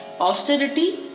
austerity